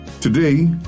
Today